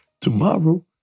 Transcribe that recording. tomorrow